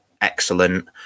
excellent